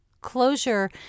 Closure